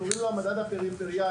קוראים לו המדד הפריפריאלי,